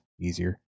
easier